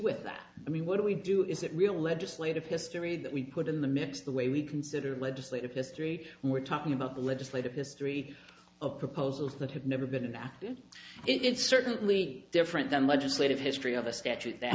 with that i mean what do we do is it real legislative history that we put in the mix the way we consider legislative history when we're talking about the legislative history of proposals that have never been adapted it's certainly different than legislative history of a statute that